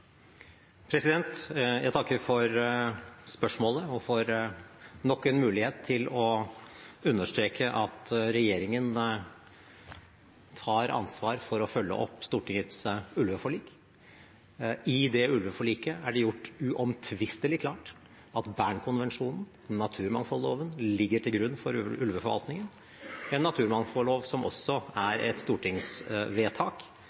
Jeg takker for spørsmålet og for nok en mulighet til å understreke at regjeringen har ansvar for å følge opp Stortingets ulveforlik. I det ulveforliket er det gjort uomtvistelig klart at Bern-konvensjonen og naturmangfoldloven ligger til grunn for ulveforvaltningen – naturmangfoldloven, som også